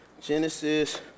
Genesis